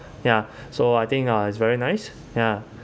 ya so I think uh it's very nice ya